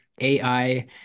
AI